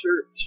church